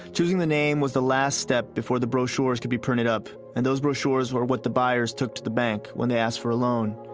choosing the name was the last step before the brochures could be printed up. and those brochures were what the buyers took to the bank when they ask for a loan.